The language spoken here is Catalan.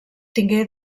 tingué